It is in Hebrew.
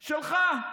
שלך?